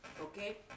Okay